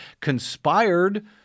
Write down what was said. conspired